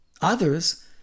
Others